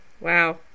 Wow